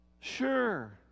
Sure